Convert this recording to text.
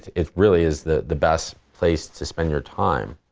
it really is the the best place to spend your time.